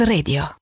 Radio